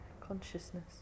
Consciousness